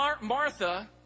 Martha